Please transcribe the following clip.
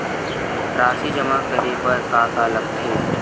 राशि जमा करे बर का का लगथे?